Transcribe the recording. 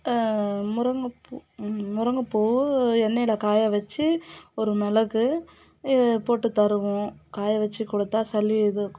முருங்கை பூ முருங்கை பூ எண்ணெயில் காய வெச்சு ஒரு மிளகு போட்டுத் தருவோம் காய வெச்சுக் கொடுத்தா சளி இது